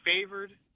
favored